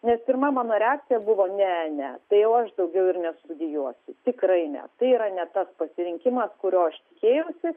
nes pirma mano reakcija buvo ne ne tai jau aš daugiau ir nestudijuosiu tikrai ne tai yra ne tas pasirinkimas kurio aš tikėjausi